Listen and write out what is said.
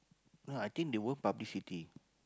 no I think they will publicity